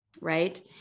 right